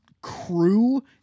Crew